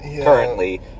currently